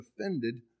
offended